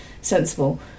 sensible